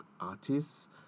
artists